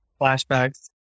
Flashbacks